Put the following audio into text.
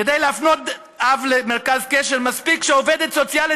כדי להפנות אב למרכז קשר מספיק שעובדת סוציאלית